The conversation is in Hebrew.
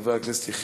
6194,